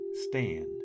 stand